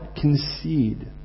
concede